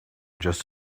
just